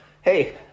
hey